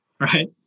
right